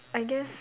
I guess